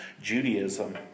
Judaism